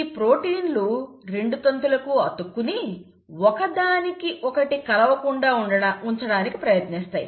ఈ ప్రొటీన్లు 2 తంతులకు అతుక్కుని ఒకదానికి ఒకటి కలవకుండా ఉంచడానికి ప్రయత్నిస్తాయి